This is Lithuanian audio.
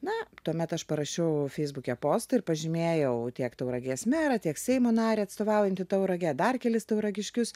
na tuomet aš parašiau feisbuke postą ir pažymėjau tiek tauragės merą tiek seimo narį atstovaujantį tauragę dar kelis tauragiškius